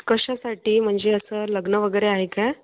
कशासाठी म्हणजे असं लग्न वगैरे आहे का